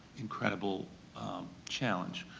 incredible challenge.